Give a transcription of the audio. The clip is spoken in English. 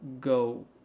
go